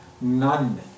none